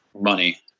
money